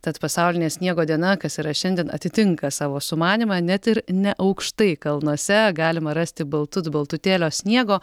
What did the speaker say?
tad pasaulinė sniego diena kas yra šiandien atitinka savo sumanymą net ir ne aukštai kalnuose galima rasti baltut baltutėlio sniego